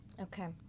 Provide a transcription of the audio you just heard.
Okay